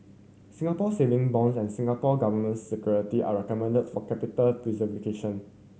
Singapore Saving Bonds and Singapore Government Security are recommended for capital